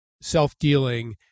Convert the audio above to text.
self-dealing